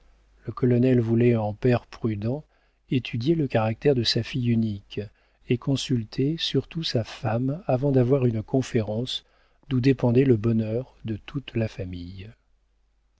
le colonel voulait en père prudent étudier le caractère de sa fille unique et consulter surtout sa femme avant d'avoir une conférence d'où dépendait le bonheur de toute la famille